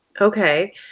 Okay